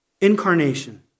Incarnation